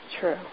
true